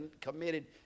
committed